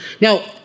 Now